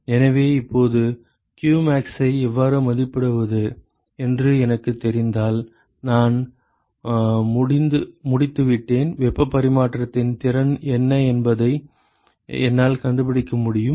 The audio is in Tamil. எனவே இப்போது qmax ஐ எவ்வாறு மதிப்பிடுவது என்று எனக்குத் தெரிந்தால் நான் முடித்துவிட்டேன் வெப்பப் பரிமாற்றத்தின் திறன் என்ன என்பதை என்னால் கண்டுபிடிக்க முடியும்